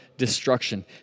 destruction